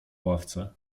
ławce